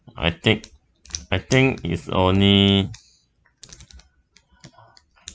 I think I think if only